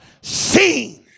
seen